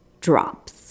drops